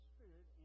Spirit